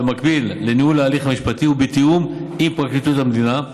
במקביל לניהול ההליך המשפטי ובתיאום עם פרקליטות המדינה,